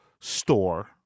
store